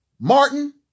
Martin